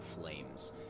flames